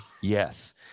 Yes